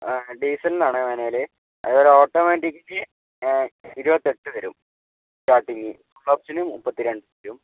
ഡീസലിനാണെ manual അതേപോലെ ഓട്ടോമാറ്റിക്ക്ന് ഇരുപത്തെട്ട് വരും സ്റ്റാട്ടിങ് ഫുള്ള് ഓപ്ഷന് മുപ്പത്തിരണ്ട് വരും